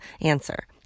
answer